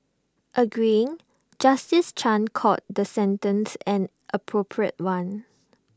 agreeing justice chan called the sentence an appropriate one